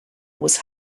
was